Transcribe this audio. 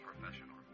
professional